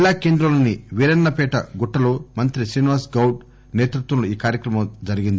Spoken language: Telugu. జిల్లా కేంద్రంలోని వీరన్న పేట గుట్టల్లో మంత్రి శ్రీనివాస్ గౌడ్ నేత్పత్యంలో ఈ కార్యక్రమం కొనసాగింది